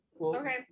Okay